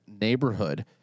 neighborhood